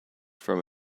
from